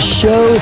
show